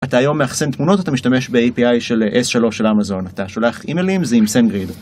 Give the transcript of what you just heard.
אתה היום מאחסן תמונות, אתה משתמש ב-API של S3 של אמזון, אתה שולח אימיילים, זה עם סנגריד.